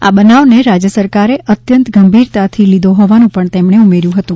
આ બનાવને રાજ્ય સરકારે અત્યંત ગંભીરતાથી લીધો હોવાનુ પણ તેમણે ઉમેર્યું હતું